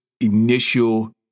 initial